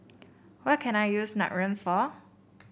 what can I use Nutren for